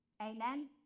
Amen